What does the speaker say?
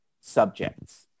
subjects